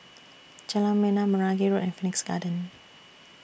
Jalan Bena Meragi Road and Phoenix Garden